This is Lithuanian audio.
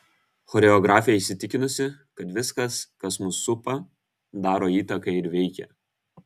choreografė įsitikinusi kad viskas kas mus supa daro įtaką ir veikia